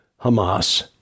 Hamas